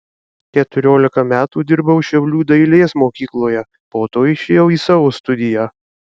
keturiolika metų dirbau šiaulių dailės mokykloje po to išėjau į savo studiją